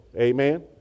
Amen